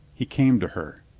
he came to her.